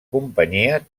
companyia